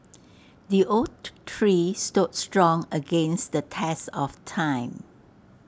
the oak tree stood strong against the test of time